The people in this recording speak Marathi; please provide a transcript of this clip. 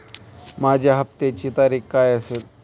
माझ्या हप्त्याची तारीख काय असेल?